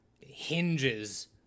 hinges